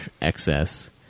excess